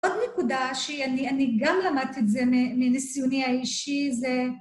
עוד נקודה שאני גם למדתי את זה מניסיוני האישי זה